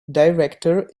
director